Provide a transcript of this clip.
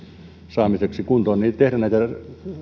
saamiseksi kuntoon tehdä näitä